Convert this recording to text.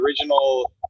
original